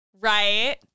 right